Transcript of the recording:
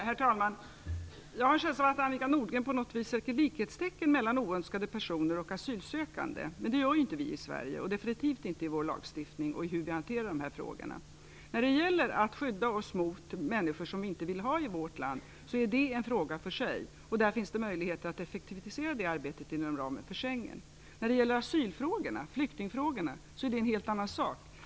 Herr talman! Jag har en känsla av att Annika Nordgren på något vis sätter likhetstecken mellan oönskade personer och asylsökande, men det gör vi inte i Sverige. Det sker definitivt inte i vår lagstiftning och i vår hantering av de här frågorna. Att vi vill skydda oss mot människor som vi inte vill ha i vårt land är en fråga för sig, och det finns möjligheter att effektivisera denna strävan inom ramen för Schengensamarbetet. Flykting och asylfrågorna är en helt annan sak.